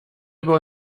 über